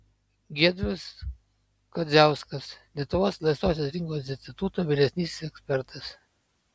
giedrius kadziauskas lietuvos laisvosios rinkos instituto vyresnysis ekspertas